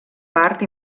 part